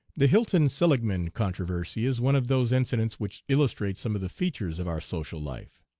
the hilton-seligman controversy is one of those incidents which illustrate some of the features of our social life.